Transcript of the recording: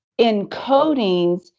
encodings